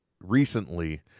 Recently